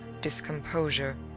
discomposure